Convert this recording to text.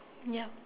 ya